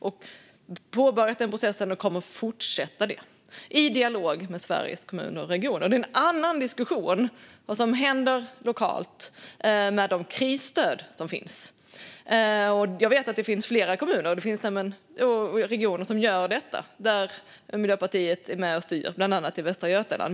Vi har påbörjat denna process, och vi kommer att fortsätta med den i dialog med Sveriges Kommuner och Regioner. Det är en annan diskussion vad som händer lokalt med de krisstöd som finns. Jag vet att det finns flera kommuner och regioner som gör detta där Miljöpartiet är med och styr, bland annat i Västra Götaland.